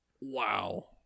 wow